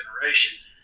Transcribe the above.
generation